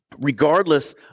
Regardless